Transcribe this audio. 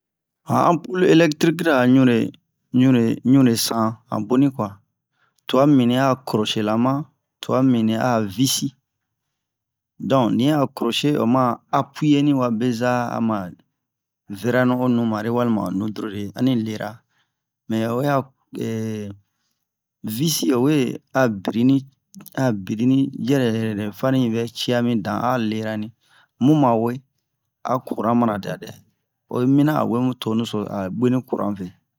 an anpul electrikira ɲure san an boni kwa tua mimi a krocelama toa mimi a vici donk ni yi a kroce oma apuye ni wa beza ama vɛrani o numare walima o nudrole ani lera mɛ oyi ya vici owe a brini a brini yɛrɛ yɛrɛ fani yi vɛ cia mi dan a lera ni muma we a courant mana dia dɛ oyi mina wemou tonu so a bwe ni courant ve